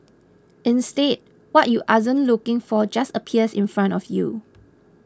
instead what you looking for just appears in front of you